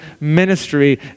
ministry